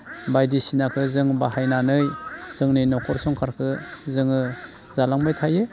बायदिसिनाखो जों बाहायनानै जोंनि न'खर संसारखो जोङो जालांबाय थायो